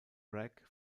bragg